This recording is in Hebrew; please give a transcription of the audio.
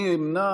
אני אמנע